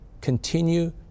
Continue